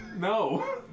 No